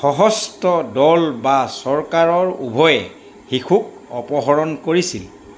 সশস্ত্ৰ দল বা চৰকাৰৰ উভয়ে শিশুক অপহৰণ কৰিছিল